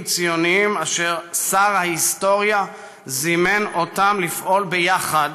ציוניים אשר שר ההיסטוריה זימן אותם לפעול יחד,